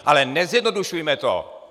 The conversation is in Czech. Ale nezjednodušujme to!!!